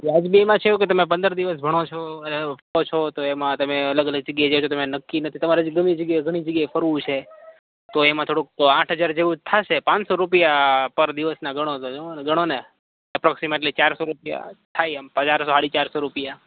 વ્યાજબી એમાં છે એવું કે તમે પંદર દિવસ ભણો છો છો તો એમ તમે અલગ અલગ જગ્યાએ જશો તો નક્કી નથી તમારે હજી ગમે હજી ઘણી જગ્યાએ ઘણી જગ્યાએ ફરવું છે તો એમાં થોડુંક તો આઠ હજાર જેવું જ થશે પાંચસો રૂપિયા પર દિવસના ગણો તો જુઓ ને ગણો ને અપ્રોક્સિમેટલી ચારસો રૂપિયા થાય એમ ચારસો સાડી ચારસો રૂપિયા